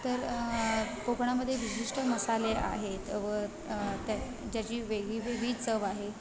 तर कोकणामध्ये विशिष्ट मसाले आहेत व त्या ज्याची वेगळी वेगळी चव आहे